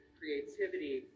creativity